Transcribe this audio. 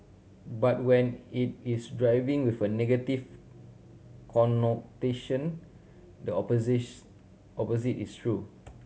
but when it is driven with a negative connotation the opposite is true